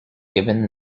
given